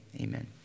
Amen